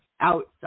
outside